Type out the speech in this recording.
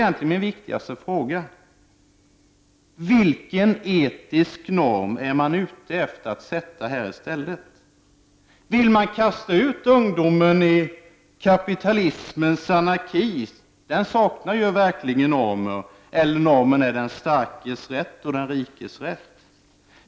Då blir den viktigaste frågan: Vilken etisk norm är man ute efter att sätta i stället? Vill man kasta ut ungdomen i kapitalismens anarki? Denna saknar ju verkligen normer, eller man kan säga att normen är den starkes, den rikes rätt.